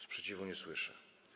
Sprzeciwu nie słyszę.